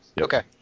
Okay